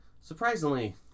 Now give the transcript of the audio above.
surprisingly